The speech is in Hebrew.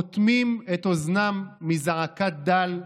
אוטמים את אוזנם מזעקת דל,